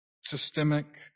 systemic